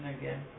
again